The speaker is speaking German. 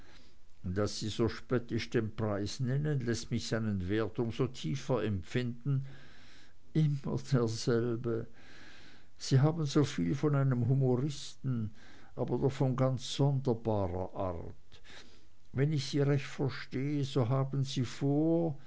daß sie so spöttisch den preis nennen läßt mich seinen wert um so tiefer empfinden immer derselbe sie haben so viel von einem humoristen aber doch von ganz sonderbarer art wenn ich sie recht verstehe so haben sie vor